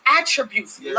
attributes